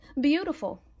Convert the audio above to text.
beautiful